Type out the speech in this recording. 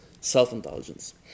self-indulgence